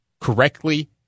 correctly